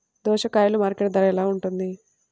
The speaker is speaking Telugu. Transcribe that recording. దోసకాయలు మార్కెట్ ధర ఎలా ఉంటుంది?